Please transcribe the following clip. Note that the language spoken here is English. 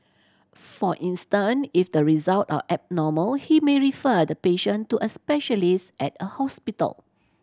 for instance if the result are abnormal he may refer the patient to a specialist at a hospital